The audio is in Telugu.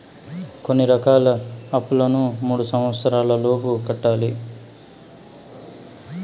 కొన్ని రకాల అప్పులను మూడు సంవచ్చరాల లోపు కట్టాలి